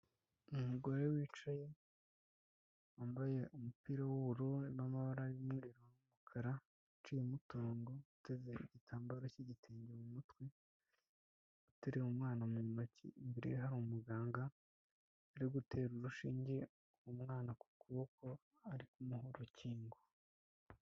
Umugore wicaye wambaye umupira w'ubururu n'amabara y'umweru ririmo umukara, uciyemo umutungo uteze igitambaro k'igitenge mu mutwe, ateruye umwana mu ntoki imbere ye hari umuganga uri gutera urushinge umwana ku kuboko ari urukingo.